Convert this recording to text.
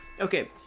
Okay